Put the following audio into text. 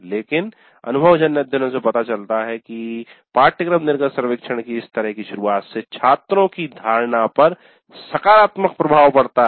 लेकिन अनुभवजन्य अध्ययनों से पता चला है कि पाठ्यक्रम निर्गत सर्वेक्षण की इस तरह की शुरुआत से छात्रों की धारणा पर सकारात्मक प्रभाव पड़ता है